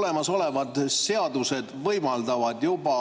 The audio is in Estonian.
olemasolevad seadused võimaldavad juba